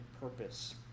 purpose